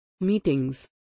Meetings